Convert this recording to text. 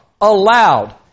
allowed